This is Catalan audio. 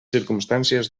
circumstàncies